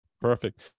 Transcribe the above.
Perfect